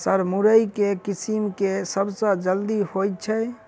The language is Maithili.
सर मुरई केँ किसिम केँ सबसँ जल्दी होइ छै?